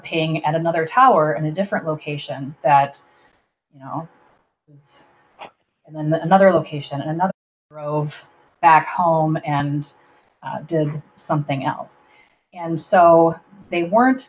ping at another tower in a different location that you know and then another location in another grove back home and did something else and so they weren't